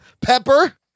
Pepper